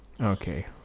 Okay